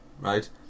Right